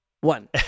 one